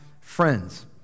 friends